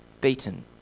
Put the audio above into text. beaten